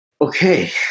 Okay